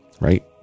right